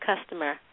customer